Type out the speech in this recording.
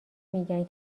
میگن